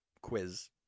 Quiz